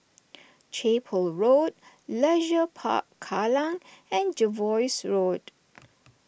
Chapel Road Leisure Park Kallang and Jervois Road